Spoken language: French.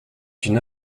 d’une